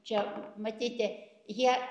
čia matyti jie